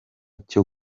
cyo